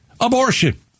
abortion